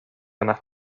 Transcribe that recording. yna